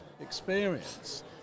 experience